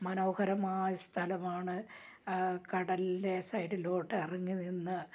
മനോഹരമായ സ്ഥലമാണ് ആ കടലിലെ സൈഡിലോട്ട് ഇറങ്ങി നിന്ന്